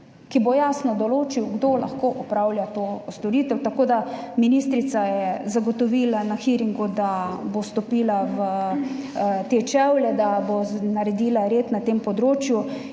ki bo jasno določil, kdo lahko opravlja to storitev. Ministrica je zagotovila na hearingu, da bo stopila v te čevlje, da bo naredila red na tem področju,